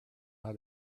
how